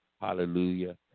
hallelujah